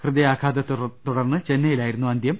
ഹൃദ യാഘാതത്തെ തുടർന്ന് ചെന്നൈയിലായിരുന്നു അന്ത്യം